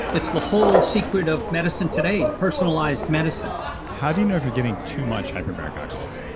it's the whole secret of medicine today, personalized medicine how do you know if you're getting too much hyperbaric oxygen?